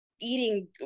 eating